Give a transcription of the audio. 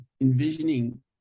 envisioning